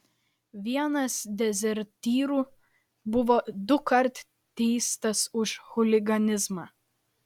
vienas dezertyrų buvo dukart teistas už chuliganizmą